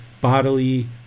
bodily